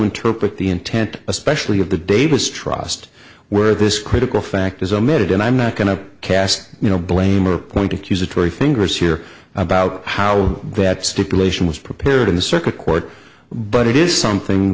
interpret the intent especially of the davis trust where this critical fact is omitted and i'm not going to cast you know blame or point accusatory fingers here about how that stipulation was prepared in the circuit court but it is something